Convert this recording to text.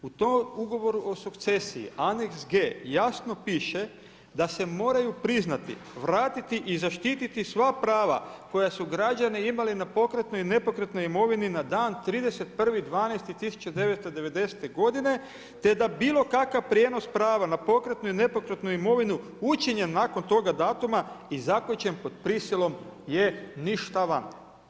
U tom ugovoru o sukcesiji Aneks g, jasno piše da se moraju priznati, vratiti i zaštititi sva prava koja su građani imali na pokretnoj i nepokretnoj imovini na dan 31.12.1990. godine te da bilokakav prijenos prava na pokretnu i nepokretnu imovinu učinjen nakon toga datuma i zaključen po prisilom je ništavan.